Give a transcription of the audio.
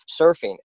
surfing